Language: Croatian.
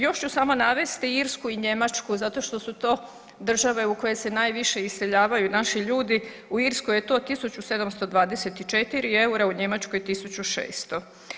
Još ću samo navesti Irsku i Njemačku zato što su to države u koje se najviše iseljavaju naši ljudi u Irskoj je to 1.724 EUR-a, u Njemačkoj 1.600.